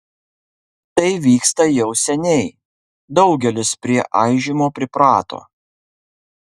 tai vyksta jau seniai daugelis prie aižymo priprato